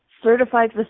Certified